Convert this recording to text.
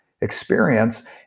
experience